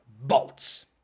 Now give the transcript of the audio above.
bolts